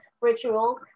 rituals